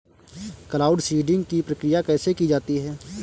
Cloud seeding की प्रक्रिया कैसे की जाती है?